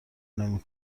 نمی